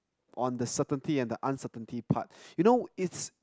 on the certainty and the uncertainty part you know it's